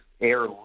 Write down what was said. air